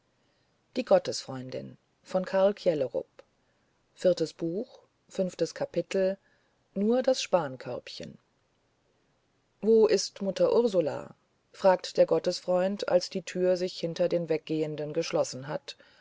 nur das spankörbchen sagt der gottesfreund als die tür sich hinter beiden geschlossen hat